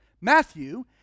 Matthew